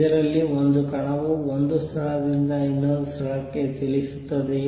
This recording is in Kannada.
ಇದರಲ್ಲಿ ಒಂದು ಕಣವು ಒಂದು ಸ್ಥಳದಿಂದ ಇನ್ನೊಂದು ಸ್ಥಳಕ್ಕೆ ಚಲಿಸುತ್ತಿದೆಯೇ